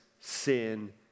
sin